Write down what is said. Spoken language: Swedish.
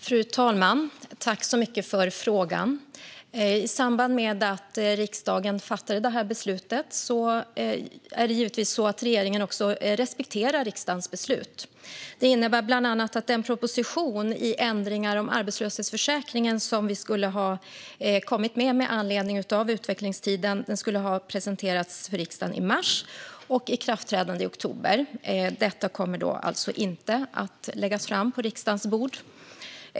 Fru talman! Jag tackar så mycket för frågan. Regeringen respekterar givetvis det beslut som riksdagen har fattat. Det innebär bland annat att den proposition som vi skulle ha presenterat för riksdagen i mars och som skulle ha trätt i kraft i oktober, om ändringar i arbetslöshetsförsäkringen med anledning av utvecklingstiden, inte kommer att läggas fram på riksdagens bord.